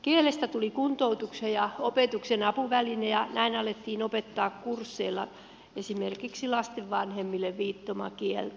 kielestä tuli kuntoutuksen ja opetuksen apuväline ja näin alettiin opettaa kursseilla esimerkiksi lasten vanhemmille viittomakieltä